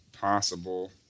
Possible